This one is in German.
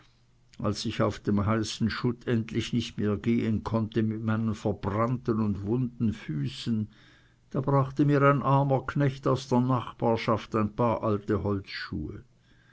als ich auf dem heißen schutt endlich nicht mehr gehen konnte mit meinen verbrannten und wunden füßen da brachte mir ein armer knecht aus der nachbarschaft ein paar alte holzschuhe